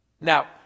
Now